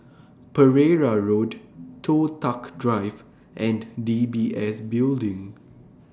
Pereira Road Toh Tuck Drive and D B S Building